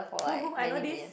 who who I know this